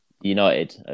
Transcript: United